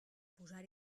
posar